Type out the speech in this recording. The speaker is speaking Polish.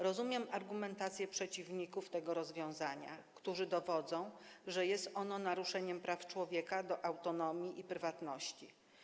Rozumiem argumentację przeciwników tego rozwiązania, którzy dowodzą, że jest ono naruszeniem praw człowieka do autonomii i prywatności.